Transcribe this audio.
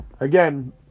Again